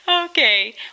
Okay